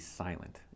silent